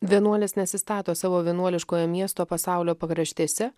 vienuolis nesistato savo vienuoliškojo miesto pasaulio pakraštėse